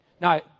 Now